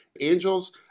angels